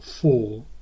four